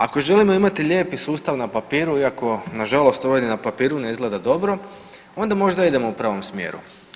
Ako želimo imati lijepi sustav na papiru iako nažalost ovo ni na papiru ne gleda dobro, onda možda idemo u pravom smjeru.